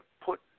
put